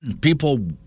People